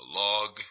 log